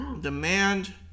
demand